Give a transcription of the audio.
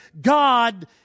God